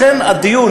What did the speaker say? לכן הדיון,